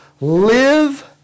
Live